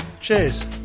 Cheers